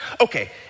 Okay